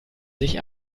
sich